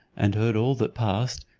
and heard all that passed,